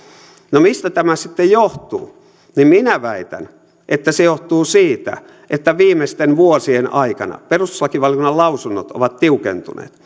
no mistä tämä sitten johtuu minä väitän että se johtuu siitä että viimeisten vuosien aikana perustuslakivaliokunnan lausunnot ovat tiukentuneet